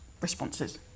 responses